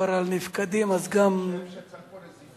מדובר על נפקדים, אז גם, אני חושב שצריך פה נזיפה.